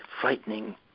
frightening